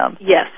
Yes